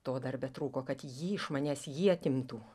to dar betrūko kad jį iš manęs ji atimtų